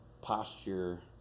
posture